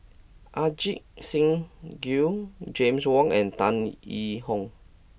Ajit Singh Gill James Wong and Tan Yee Hong